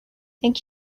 thank